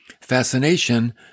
fascination